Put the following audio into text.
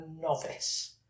novice